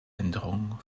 änderung